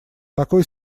такой